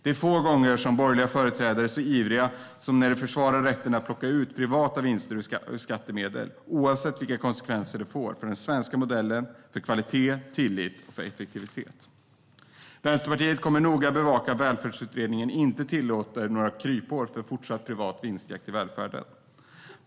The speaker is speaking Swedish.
Det är få gånger borgerliga företrädare är så ivriga som när de försvarar rätten att plocka ut privata vinster ur skattemedel, oavsett vilka konsekvenser det får för den svenska modellen eller för kvalitet, tillit och effektivitet. Vänsterpartiet kommer att noga bevaka att Välfärdsutredningen inte tillåter några kryphål för fortsatt privat vinstjakt i välfärden.